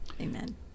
Amen